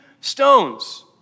stones